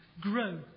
grow